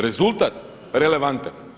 Rezultat relevantan.